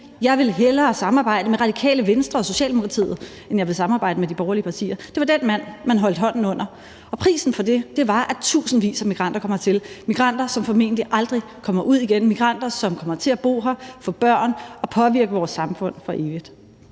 Jeg vil hellere samarbejde med Radikale Venstre og Socialdemokratiet, end jeg vil samarbejde med de borgerlige partier. Det var den mand, man holdt hånden under. Prisen for det var, at tusindvis af migranter kom hertil, migranter, som formentlig aldrig kommer ud igen, migranter, som kommer til at bo her, få børn og påvirke vores samfund for evigt.